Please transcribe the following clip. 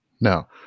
Now